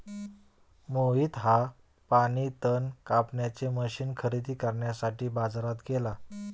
मोहित हा पाणी तण कापण्याचे मशीन खरेदी करण्यासाठी बाजारात गेला